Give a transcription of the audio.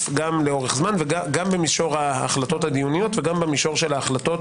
גם לאורך זמן וגם במישור של ההחלטות הדיוניות וגם במישור של ההחלטות